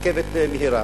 רכבת מהירה,